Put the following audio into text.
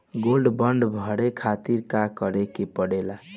Gold bond भरे खातिर का करेके पड़ेला?